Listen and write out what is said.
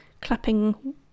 clapping